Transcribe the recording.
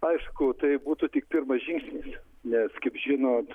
aišku tai būtų tik pirmas žingsnis nes kaip žinot